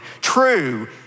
true